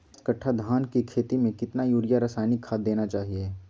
दस कट्टा धान की खेती में कितना यूरिया रासायनिक खाद देना चाहिए?